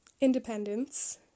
independence